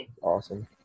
awesome